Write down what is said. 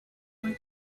want